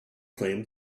claim